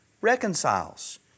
reconciles